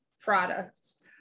products